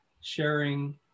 sharing